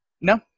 No